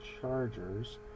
Chargers